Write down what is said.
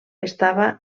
estava